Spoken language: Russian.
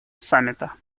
саммита